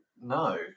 no